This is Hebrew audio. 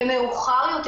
ומאוחר יותר,